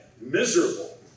miserable